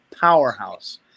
powerhouse